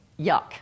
Yuck